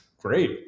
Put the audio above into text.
great